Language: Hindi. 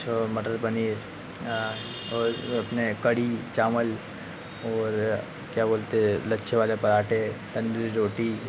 मटर पनीर और अपने कड़ी चावल और क्या बोलते लच्छे वाले पराठे तंदूरी रोटी